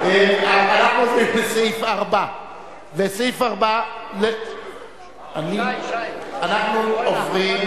אנחנו עוברים להסתייגות מס' 4. אנחנו עוברים